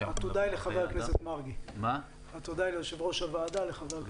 התודה היא ליושב-ראש הוועדה, לחבר הכנסת מרגי.